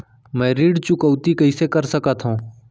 मैं ऋण चुकौती कइसे कर सकथव?